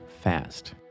fast